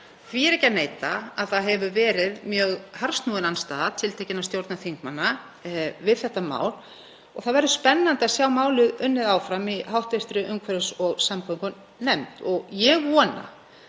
Því er ekki að neita að það hefur verið mjög harðsnúin andstaða tiltekinna stjórnarþingmanna við þetta mál og verður spennandi að sjá málið unnið áfram í hv. umhverfis- og samgöngunefnd. Ég vona